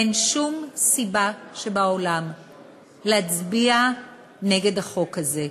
אין שום סיבה שבעולם להצביע נגד החוק הזה.